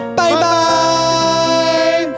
bye-bye